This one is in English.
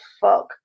fuck